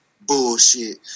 bullshit